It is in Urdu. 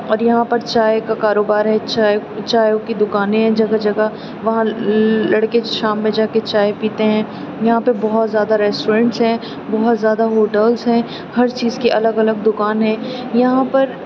اور یہاں پر چائے کا کاروبار ہے چائے چائیوں کی دکانیں ہیں جگہ جگہ وہاں لڑکے شام میں جا کے چائے پیتے ہیں یہاں پہ بہت زیادہ ریسٹورنٹس ہیں بہت زیادہ ہوٹلس ہیں ہر چیز کی الگ الگ دکان ہے یہاں پر